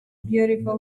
beautiful